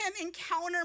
encounter